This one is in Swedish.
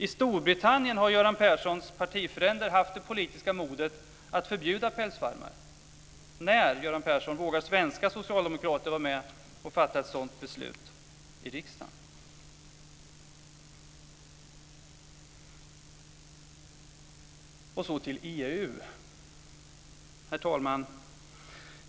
I Storbritannien har Göran Perssons partifränder haft det politiska modet att förbjuda pälsfarmar. När, Göran Persson, vågar svenska socialdemokrater vara med och fatta ett sådant beslut i riksdagen? Herr talman! Så till EU.